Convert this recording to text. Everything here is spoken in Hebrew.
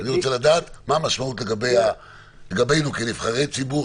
אני רוצה לדעת מה המשמעות לגבינו כנבחרי ציבור,